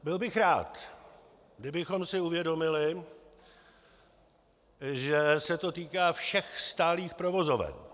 Byl bych rád, kdybychom si uvědomili, že se to týká všech stálých provozen.